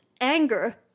anger